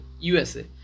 USA